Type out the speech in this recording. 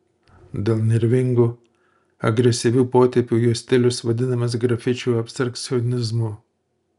dėl nervingų agresyvių potėpių jo stilius vadinamas grafičių abstrakcionizmu